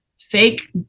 fake